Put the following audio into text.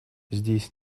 здесь